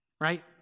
Right